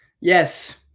Yes